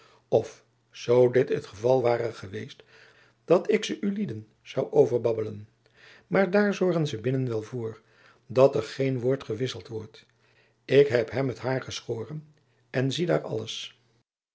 of zoo dit het geval ware geweest dat jacob van lennep elizabeth musch ik ze ulieden zoû overbabbelen maar daar zorgen ze binnen wel voor dat er geen woord gewisseld wordt ik heb hem het hair geschoren en zie daar alles